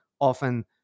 often